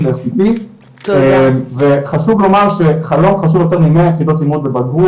לאיכותי וחשוב לומר שחלום חשוב יותר ממאה בחינות לבגרות,